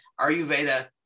Ayurveda